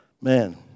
Man